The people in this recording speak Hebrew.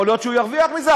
יכול להיות שהוא ירוויח מזה,